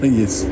yes